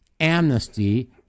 amnesty